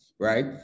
right